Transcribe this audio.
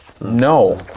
No